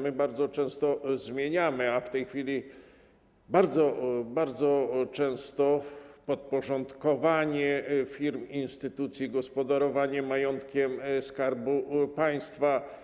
My często, a w tej chwili - bardzo często, zmieniamy podporządkowanie firm, instytucji, gospodarowanie majątkiem Skarbu Państwa,